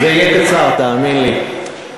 זה יהיה קצר, תאמין לי.